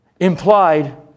Implied